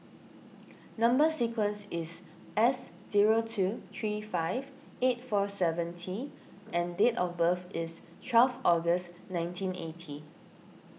Number Sequence is S zero two three five eight four seven T and date of birth is twelve August nineteen eighty